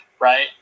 right